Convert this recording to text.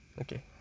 Okay